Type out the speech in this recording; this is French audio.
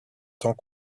temps